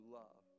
love